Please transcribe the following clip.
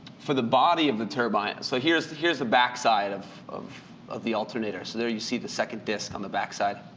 for the body of the turbine so here's the here's the back side of of the alternator. so there you see the second disk on the back side.